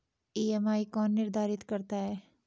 EMI कौन निर्धारित करता है?